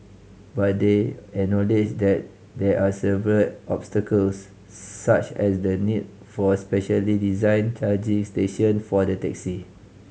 but they acknowledged that there are several obstacles such as the need for specially designed charging station for the taxi